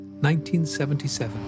1977